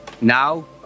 Now